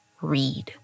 read